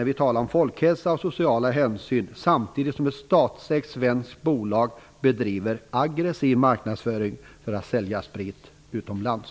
Vi talar om folkhälsa och sociala hänsyn samtidigt som ett statsägt svenskt bolag bedriver aggressiv marknadsföring för att sälja sprit utomlands.